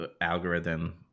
algorithm